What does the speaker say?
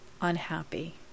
unhappy